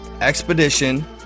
expedition